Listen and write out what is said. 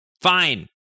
Fine